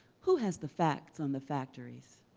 who has the facts on the factories?